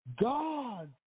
God